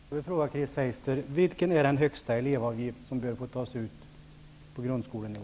Herr talman! Chris Heister, vilken är den högsta elevavgift som i dag behöver tas ut på grundskolenivå?